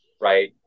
right